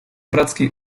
братские